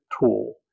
tool